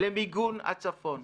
למיגון הצפון.